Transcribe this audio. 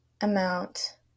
amount